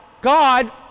God